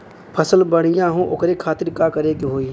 फसल बढ़ियां हो ओकरे खातिर का करे के होई?